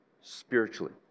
spiritually